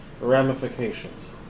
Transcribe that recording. ramifications